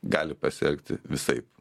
gali pasielgti visaip